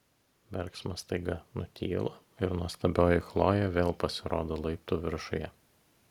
verksmas staiga nutyla ir nuostabioji chlojė vėl pasirodo laiptų viršuje